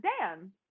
Dan